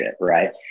right